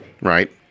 Right